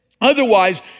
otherwise